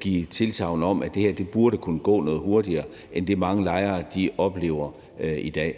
give tilsagn om, at det her burde kunne gå noget hurtigere end det, mange lejere oplever i dag.